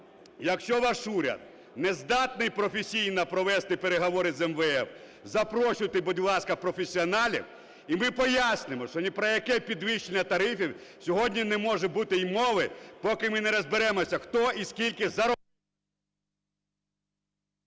якщо ваш уряд не здатний професійно провести переговори з МВФ, запрошуйте, будь ласка, професіоналів, і ми пояснимо, що ні про яке підвищення тарифів сьогодні не може бути і мови, поки ми не розберемося, хто і скільки...